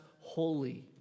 holy